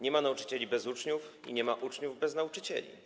Nie ma nauczycieli bez uczniów i nie ma uczniów bez nauczycieli.